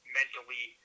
mentally